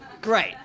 Great